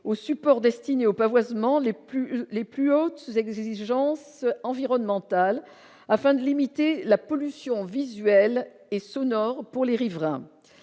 aux supports destinés au pavoisement les plus les plus hautes exigences environnementales afin de limiter la pollution visuelle et sonore pour les riverains,